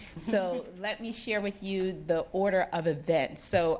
so let me share with you the order of events. so